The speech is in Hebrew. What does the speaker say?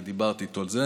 כי דיברתי איתו על זה.